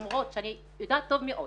למרות שאני יודעת טוב מאוד,